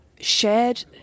shared